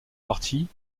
partie